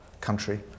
country